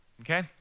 okay